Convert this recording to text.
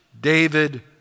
David